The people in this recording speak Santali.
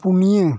ᱯᱩᱱᱭᱟᱹ